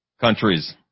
countries